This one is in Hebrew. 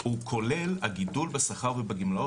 של המשטרה הוקצתה והונחתה לטובת הטיפול במגזר הערבי.